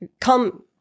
come